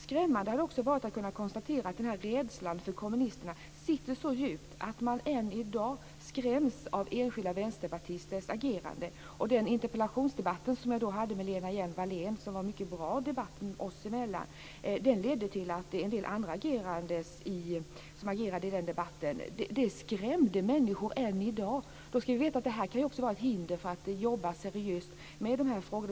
Det har också varit skrämmande att kunna konstatera att rädslan för kommunisterna sitter så djupt att man än i dag skräms av enskilda vänsterpartisters agerande. Den interpellationsdebatt som jag hade med Lena Hjelm-Wallén, som var en mycket bra debatt oss emellan, ledde till att en del som agerade i debatten skrämde människor. Vi ska då veta att det här också kan vara ett hinder för att jobba seriöst med de här frågorna.